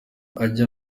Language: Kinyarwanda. ajye